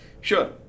Sure